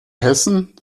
hessen